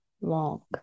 Long